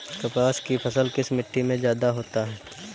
कपास की फसल किस मिट्टी में ज्यादा होता है?